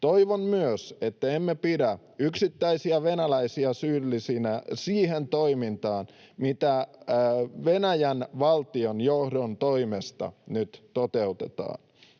Toivon myös, että emme pidä yksittäisiä venäläisiä syyllisinä siihen toimintaan, mitä Venäjän valtionjohdon toimesta nyt toteutetaan.